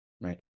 right